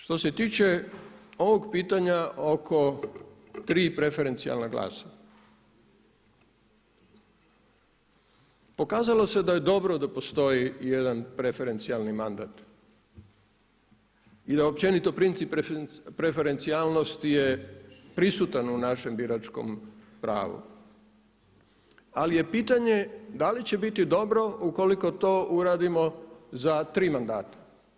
Što se tiče ovog pitanja oko tri preferencijalna glasa, pokazalo se da je dobro da postoji jedan preferencijalni mandat i da općenito princip preferencijalnosti je prisutan u našem biračkom pravu, ali je pitanje da li će biti dobro ukoliko to uradimo za tri mandata.